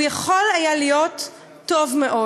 הוא יכול היה להיות טוב מאוד,